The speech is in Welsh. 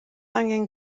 angen